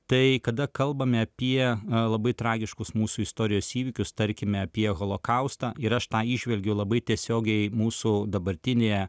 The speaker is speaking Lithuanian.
tai kada kalbame apie labai tragiškus mūsų istorijos įvykius tarkime apie holokaustą ir aš tą įžvelgiu labai tiesiogiai mūsų dabartinėje